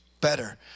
better